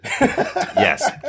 Yes